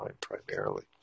primarily